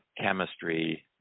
chemistry